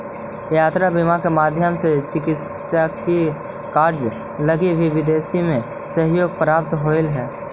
यात्रा बीमा के माध्यम से चिकित्सकीय कार्य लगी भी विदेश में सहयोग प्राप्त होवऽ हइ